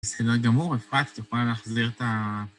בסדר גמור, אפרת את יכולה להחזיר את ה...